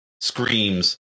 screams